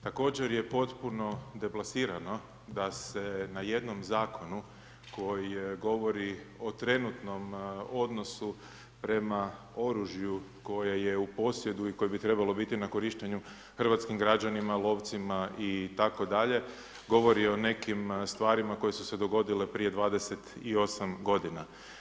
Također, je potpuno deplasirano da se na jednom zakonu koji govori o trenutnom odnosu prema oružju koje je u posjedu i koje bi trebalo biti na korištenju hrvatskim građanima lovcima itd. govori o nekim stvarima koje su se dogodile prije 28 godina.